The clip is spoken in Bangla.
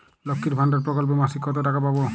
লক্ষ্মীর ভান্ডার প্রকল্পে মাসিক কত টাকা পাব?